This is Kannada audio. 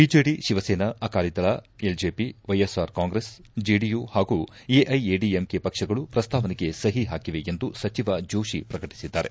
BJD Shiv Sena Akali Dal LJP YSR Congress JDU ಹಾಗೂ ಎಐಎಡಿಎಂಕೆ ಪಕ್ಷಗಳು ಪ್ರಸ್ತಾವನೆಗೆ ಸಹಿ ಹಾಕಿವೆ ಎಂದು ಸಚಿವ ಜೋಷಿ ಪ್ರಕಟಿಸಿದ್ದಾರೆ